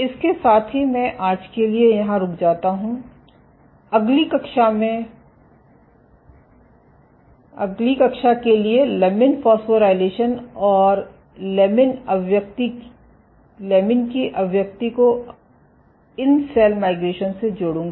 इसके साथ ही मैं आज के लिए यहां रुक जाता हूं अगली कक्षा में मैं के लिए लमिन फोस्फोरायलेशन और लमिन की अभिव्यक्ति को अवलोकन को इन सेल माइग्रेशन से जोड़ूंगा